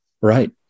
Right